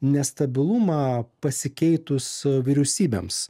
nestabilumą pasikeitus vyriausybėms